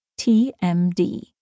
TMD